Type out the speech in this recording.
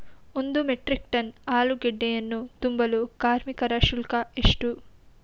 ಒಂದು metric tonne ಆಲೂಗೆಡ್ಡೆಯನ್ನು ತುಂಬಲು ಕಾರ್ಮಿಕರ ಶುಲ್ಕ ಎಷ್ಟು?